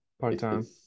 part-time